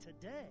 today